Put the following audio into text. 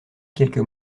quelques